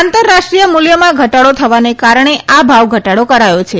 આંતરરાષ્ટ્રીય મુલ્યમાં ઘટાડો થવાને કારણે આ ભાવ ઘટાડો કરાયો છે